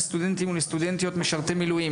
לסטודנטים ולסטודנטיות משרתי מילואים.